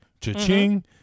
cha-ching